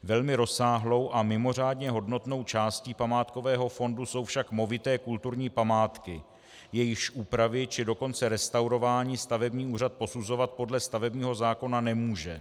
Velmi rozsáhlou a mimořádně hodnotnou částí památkového fondu jsou však movité kulturní památky, jejichž úpravy, či dokonce restaurování stavební úřad posuzovat podle stavebního zákona nemůže.